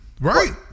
Right